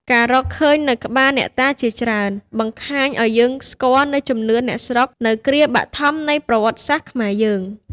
ការរកឃើញនូវក្បាលអ្នកតាជាច្រើន បង្ហាញឱ្យយើងស្គាល់នូវជំនឿអ្នកស្រុក នៅគ្រាបឋមនៃប្រវត្តិសាស្ត្រខ្មែយើង។